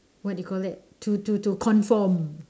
what do you call that to to to conform